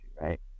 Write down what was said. right